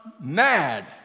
mad